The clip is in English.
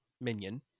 Minion